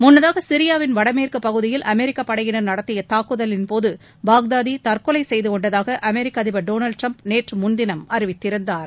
முன்னதாக சிரியாவின் வடமேற்கு பகுதியில அமெரிக்க படையினர் நடத்திய தாக்குதலின் போது பாக்தாதி தற்கொலை செய்துகொண்டதாக அமெரிக்க அதிபர் டொனால்டு டிரம்ப் நேற்று முன்தினம் அறிவித்திருந்தார்